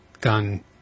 gun